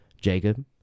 Jacob